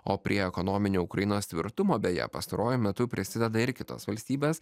o prie ekonominio ukrainos tvirtumo beje pastaruoju metu prisideda ir kitos valstybės